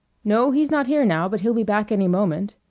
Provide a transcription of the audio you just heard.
no, he's not here now, but he'll be back any moment.